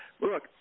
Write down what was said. Look